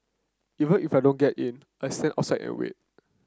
even if I don't get in I stand outside and wait